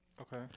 Okay